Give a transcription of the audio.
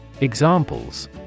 Examples